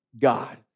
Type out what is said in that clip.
God